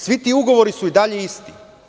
Svi ti ugovori su i dalje isti.